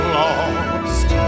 lost